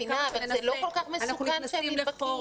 אני מבינה, אבל זה לא כל כך מסוכן שהם נדבקים.